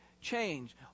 change